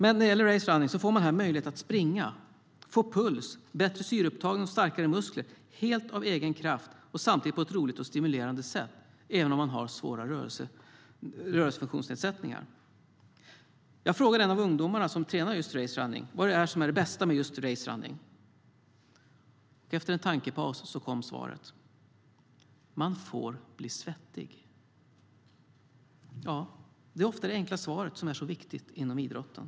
I racerunning får man möjlighet att springa, få puls, bättre syreupptagning och starkare muskler helt av egen kraft och samtidigt på ett roligt och stimulerande sätt, även om man har svåra rörelsefunktionsnedsättningar. Jag frågade en av ungdomarna som tränar just racerunning vad som är det bästa med just racerunning. Efter en tankepaus kom svaret: Man får bli svettig. Det är ofta det enkla svaret som är så viktigt inom idrotten.